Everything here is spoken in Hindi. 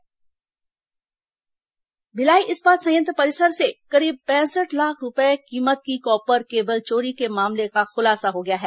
बीएसपी चोरी खुलासा भिलाई इस्पात संयंत्र परिसर से करीब पैंसठ लाख रूपये कीमत की कॉपर केबल चोरी के मामले का खुलासा हो गया है